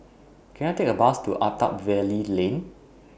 Can I Take A Bus to Attap Valley Lane